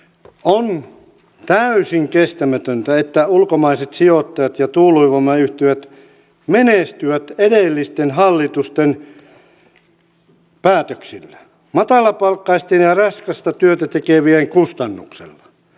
on täysin kestämätöntä että ulkomaiset sijoittajat ja tuulivoimayhtiöt menestyvät edellisten hallitusten päätöksillä matalapalkkaisten ja raskasta työtä tekevien kustannuksella